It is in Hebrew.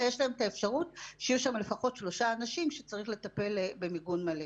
יש להם את האפשרות שיהיו שם לפחות שלושה אנשים שצריך לטפל במיגון מלא.